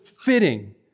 fitting